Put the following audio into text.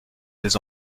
des